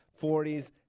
40s